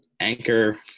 anchor